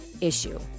issue